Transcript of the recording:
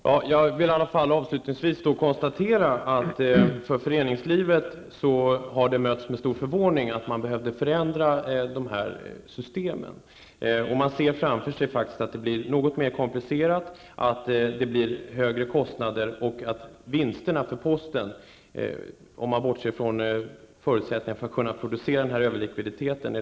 Herr talman! Avslutningsvis vill jag konstatera att förändringen av systemen har mötts med stor förvåning inom föreningslivet. Föreningarna ser framför sig att det hela blir mer komplicerat, högre kostnader för föreningarna och stora vinster för posten -- om man bortser från förutsättningarna för att kunna producera denna överlikviditet.